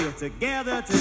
Together